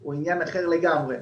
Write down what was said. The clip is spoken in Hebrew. הוא עניין אחר לגמרי,